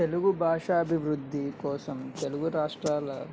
తెలుగు భాష అభివృద్ధి కోసం తెలుగు రాష్ట్రాల